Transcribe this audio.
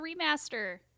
remaster